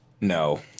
No